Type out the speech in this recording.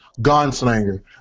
gunslinger